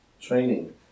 training